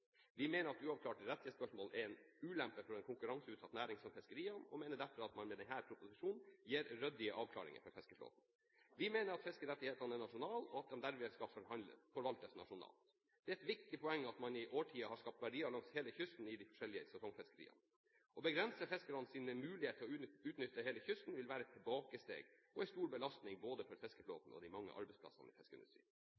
Vi mener at uavklarte rettighetsspørsmål er en ulempe for en konkurranseutsatt næring som fiskeriene, og mener derfor at man med denne proposisjonen gir ryddige avklaringer for fiskeflåten. Vi mener at fiskerettighetene er nasjonale, og at de dermed skal forvaltes nasjonalt. Det er et viktig poeng at man i årtier har skapt verdier langs hele kysten i de forskjellige sesongfiskeriene. Å begrense fiskernes mulighet til å utnytte hele kysten vil være et tilbakesteg og en stor belastning både for fiskeflåten